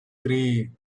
three